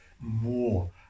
more